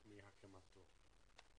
להקמתו.